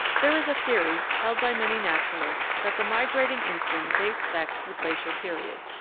there is a theory held by many naturalists that the migrating instinct dates back to the glacial period.